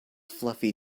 fluffy